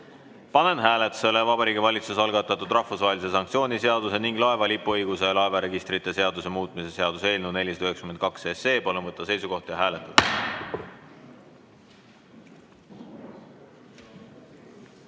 Panen hääletusele Vabariigi Valitsuse algatatud rahvusvahelise sanktsiooni seaduse ning laeva lipuõiguse ja laevaregistrite seaduse muutmise seaduse eelnõu 492. Palun võtta seisukoht ja hääletada!